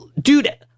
Dude